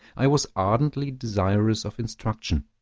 i was ardently desirous of instruction.